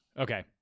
Okay